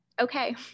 okay